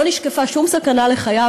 לא נשקפה שום סכנה לחייו.